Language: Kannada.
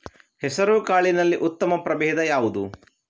ಹೆಸರುಕಾಳಿನಲ್ಲಿ ಉತ್ತಮ ಪ್ರಭೇಧ ಯಾವುದು?